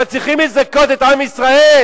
אבל צריך לזכות את עם ישראל.